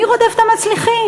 מי רודף את המצליחים?